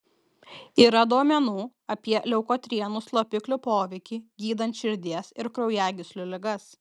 yra duomenų apie leukotrienų slopiklių poveikį gydant širdies ir kraujagyslių ligas